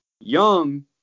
young